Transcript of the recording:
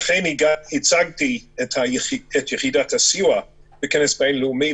אכן הצגתי את יחידת הסיוע בכנס בין-לאומי,